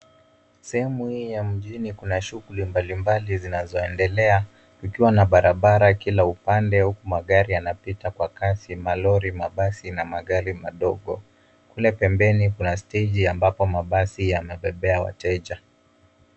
Sehemu hii ya mjini kuna shughuli mbalimbali zinazoendelea ikiwa na barabara kila upande huku magari yanapita kwa kasi malori, mabasi na magari madogo. Kule pembeni kuna steji ambapo mabasi yanabebea wateja.